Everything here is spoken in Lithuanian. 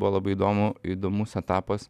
buvo labai įdomu įdomus etapas